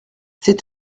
sais